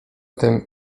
tym